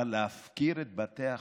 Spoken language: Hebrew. אבל להפקיר את בתי החולים?